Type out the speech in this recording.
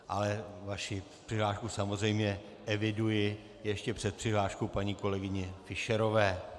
Ale vaši přihlášku samozřejmě eviduji ještě před přihláškou paní kolegyně Fischerové.